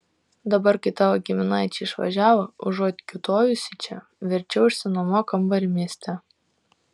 dabar kai tavo giminaičiai išvažiavo užuot kiūtojusi čia verčiau išsinuomok kambarį mieste